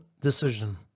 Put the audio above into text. decision